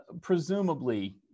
presumably